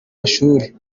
mashuri